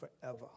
forever